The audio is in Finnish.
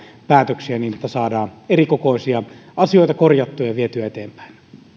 päätöksiä niin että saadaan eri kokoisia asioita korjattua ja vietyä eteenpäin